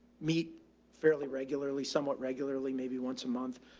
meet fairly regularly, somewhat regularly, maybe once a month,